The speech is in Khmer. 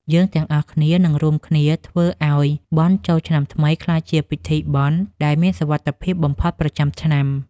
យើងទាំងអស់គ្នានឹងរួមគ្នាធ្វើឱ្យបុណ្យចូលឆ្នាំថ្មីក្លាយជាពិធីបុណ្យដែលមានសុវត្ថិភាពបំផុតប្រចាំឆ្នាំ។